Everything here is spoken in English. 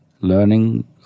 Learning